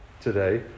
today